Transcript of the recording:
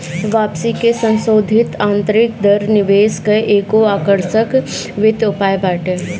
वापसी के संसोधित आतंरिक दर निवेश कअ एगो आकर्षक वित्तीय उपाय बाटे